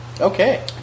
Okay